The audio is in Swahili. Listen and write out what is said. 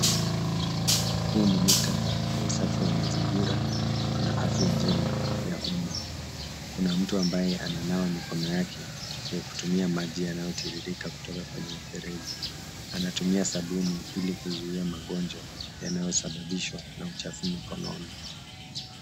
Hii ni muktadha wa usafi wa mazingira na afya njema ya umma. Kuna mtu ambaye ananawa mikono yake kwa kutumia maji yanayotiririka kutoka kwenye mfereji. Anatumia sabuni ili kuzuia magonjwa yanayosababishwa na uchafu mikononi.